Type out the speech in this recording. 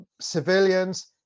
civilians